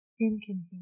inconvenient